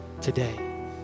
today